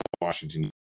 Washington